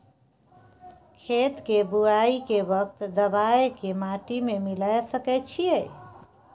खेत के बुआई के वक्त दबाय के माटी में मिलाय सके छिये?